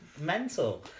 mental